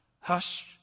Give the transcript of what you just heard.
Hush